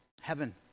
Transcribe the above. heaven